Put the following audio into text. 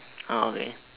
okay